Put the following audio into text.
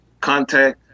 Contact